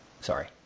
Sorry